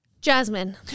Jasmine